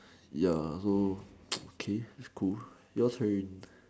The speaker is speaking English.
ya so okay school yours check already